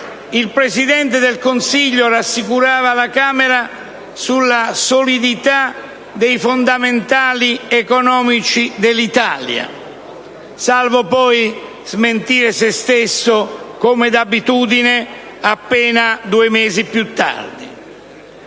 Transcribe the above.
il Presidente del Consiglio rassicurava la Camera sulla solidità dei fondamentali economici dell'Italia, salvo poi smentire se stesso, come d'abitudine, appena due mesi più tardi.